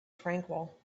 tranquil